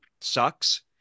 sucks